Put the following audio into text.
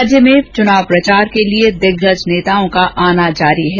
राज्य में चुनाव प्रचार के लिए दिग्गज नेताओं का आना जारी है